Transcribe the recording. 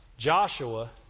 Joshua